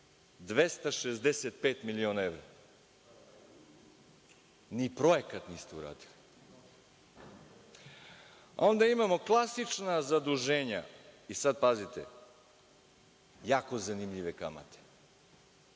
265 miliona evra. Ni projekat niste uradili. Onda imamo klasična zaduženja. Pazite, jako zanimljive kamate.